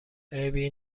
عیبی